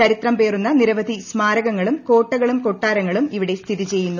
ചരിത്രം പേറുന്ന നിരവധി സ്മാരകങ്ങളും കോട്ടകളും കൊട്ടാരങ്ങളും ഇവിടെ സ്ഥിതിചെയ്യുന്നു